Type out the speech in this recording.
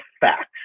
facts